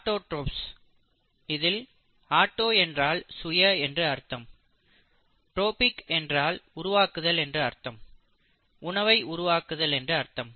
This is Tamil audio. ஆட்டோடிரோப்ஸ் இதில் ஆட்டோ என்றால் சுய என்று அர்த்தம் டோபிக் என்றால் உருவாக்குதல் அதாவது உணவை உருவாக்குதல் என்று அர்த்தம்